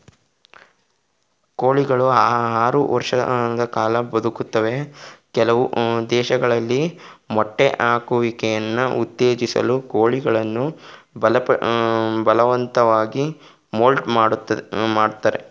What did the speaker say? ಕೋಳಿಗಳು ಆರು ವರ್ಷ ಕಾಲ ಬದುಕ್ತವೆ ಕೆಲವು ದೇಶದಲ್ಲಿ ಮೊಟ್ಟೆ ಹಾಕುವಿಕೆನ ಉತ್ತೇಜಿಸಲು ಕೋಳಿಗಳನ್ನು ಬಲವಂತವಾಗಿ ಮೌಲ್ಟ್ ಮಾಡ್ತರೆ